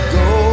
go